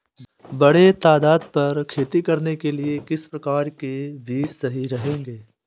बड़े तादाद पर खेती करने के लिए किस प्रकार के बीज सही रहेंगे?